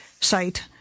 site